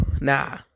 nah